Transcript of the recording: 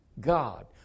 God